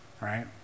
Right